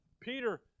Peter